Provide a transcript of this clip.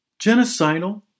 genocidal